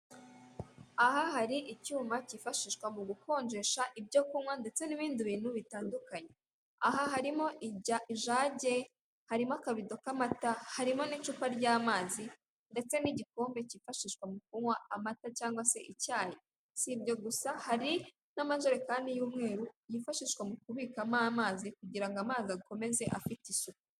Aha hari icyuma cyifashishwa mu gukonjesha ibyo kunywa ndetse n'ibindi bintu bitandukanye. Aha harimo ijage, harimo akabido k'amata, harimo n'icupa ry'amazi ndetse n'igikombe cyifashishwa mu kunywa amata cyangwa icyayi. Si ibyo gusa, hari n'amajerekani y'umweru yifashishwa mu kubikamo amazi kugira ngo amazi akomeze afite isuku.